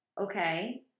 okay